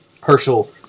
Herschel